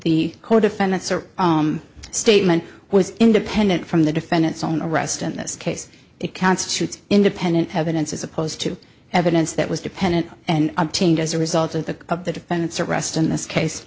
are statement was independent from the defendant's own arrest in this case it constitutes independent evidence as opposed to evidence that was dependent and obtained as a result of the of the defendant's arrest in this case